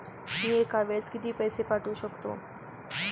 मी एका वेळेस किती पैसे पाठवू शकतो?